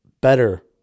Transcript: better